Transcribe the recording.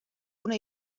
una